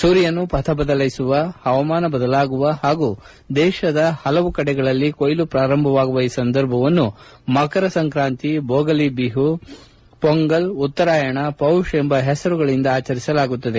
ಸೂರ್ಯನು ಪಥ ಬದಲಿಸುವ ಹವಾಮಾನ ಬದಲಾಗುವ ಹಾಗೂ ದೇಶದ ಪಲವು ಕಡೆಗಳಲ್ಲಿ ಕೊಯ್ಲು ಪ್ರಾರಂಭವಾಗುವ ಈ ಸಂದರ್ಭವನ್ನು ಮಕರ ಸಂಕ್ರಾಂತಿ ಭೋಗಲಿ ಬಿಹು ಹೊಂಗಲ್ ಉತ್ತರಾಯಣ ಪೌಷ್ ಎಂಬ ಹೆಸರುಗಳಿಂದ ಆಚರಿಸಲಾಗುತ್ತದೆ